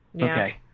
okay